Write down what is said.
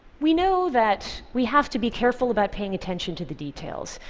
we know that we have to be careful about paying attention to the details,